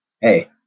hey